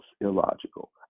illogical